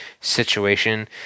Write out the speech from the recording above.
situation